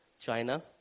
China